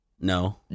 No